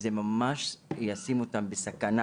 זה ממש ישים אותן בסכנה